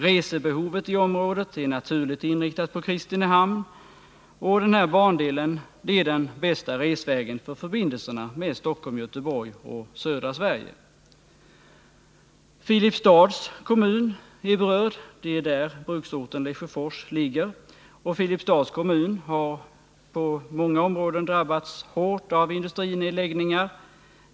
Resebehovet i området är naturligt inriktat på Kristinehamn, och bandelen är den bästa resvägen för förbindelser med Stockholm, Göteborg och södra Sverige. Filipstads kommun är berörd. Där ligger bruksorten Lesjöfors. Filipstads kommun har på många områden drabbats hårt av industrinedläggningar.